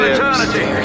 Eternity